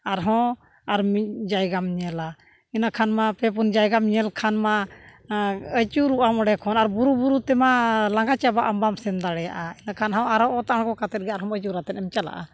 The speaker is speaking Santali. ᱟᱨᱦᱚᱸ ᱟᱨ ᱢᱤᱫ ᱡᱟᱭᱜᱟᱢ ᱧᱮᱞᱟ ᱤᱱᱟᱹ ᱠᱷᱟᱱ ᱢᱟ ᱯᱮ ᱯᱩᱱ ᱡᱟᱭᱜᱟ ᱧᱮᱞ ᱠᱷᱟᱱ ᱢᱟ ᱟᱹᱪᱩᱨᱚᱜᱼᱟ ᱚᱸᱰᱮ ᱠᱷᱚᱱ ᱟᱨ ᱵᱩᱨᱩ ᱵᱩᱨᱩ ᱛᱮᱢᱟ ᱞᱟᱸᱜᱟ ᱪᱟᱵᱟᱜ ᱟᱢ ᱵᱟᱢ ᱥᱮᱱ ᱫᱟᱲᱮᱭᱟᱜᱼᱟ ᱮᱰᱮᱠᱷᱟᱱ ᱦᱚᱸ ᱟᱨᱚ ᱚᱛᱚ ᱟᱲᱜᱳ ᱠᱟᱛᱮᱜᱮ ᱟᱨᱦᱚᱸ ᱟᱹᱪᱩᱨ ᱠᱟᱛᱮᱫ ᱮᱢ ᱪᱟᱞᱟᱜᱼᱟ